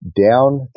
down